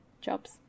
jobs